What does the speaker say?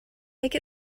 make